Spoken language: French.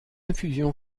infusion